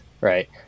right